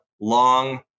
long